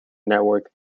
network